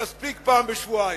יספיק פעם בשבועיים,